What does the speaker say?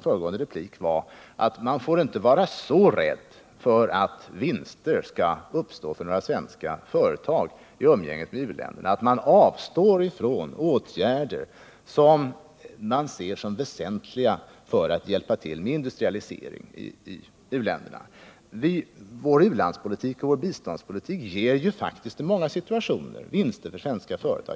föregående replik var att man inte får vara så rädd för att vinster skulle uppstå för några svenska företag i umgänget med u-länder att man avstår ifrån åtgärder som man ser som väsentliga för att hjälpa till med industrialisering i u-länderna. Vår u-landspolitik och vår biståndspolitik ger faktiskt i många sammanhang vinster för svenska företag.